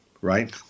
right